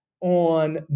on